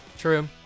True